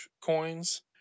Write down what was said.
coins